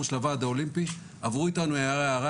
של הוועד האולימפי עברו אתנו הערה-הערה.